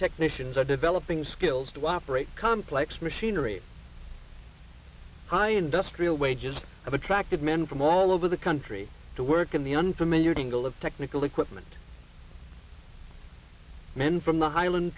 technicians are developing skills to operate complex machinery of high industrial wages have attracted men from all over the country to work in the unfamiliar tingle of technical equipment men from the highland